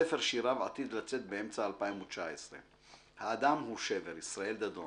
ספר שיריו עתיד לצאת באמצע 2019. האדם הוא שבר / ישראל דדון